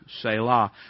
Selah